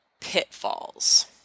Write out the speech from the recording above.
pitfalls